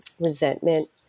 resentment